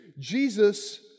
Jesus